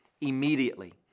immediately